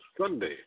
Sunday